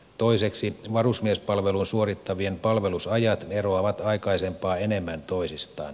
toiseksi varusmiespalvelua suorittavien palvelusajat eroavat aikaisempaa enemmän toisistaan